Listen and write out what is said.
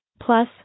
Plus